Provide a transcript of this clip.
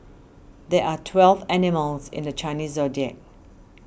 there are twelve animals in the Chinese zodiac